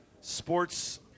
Sports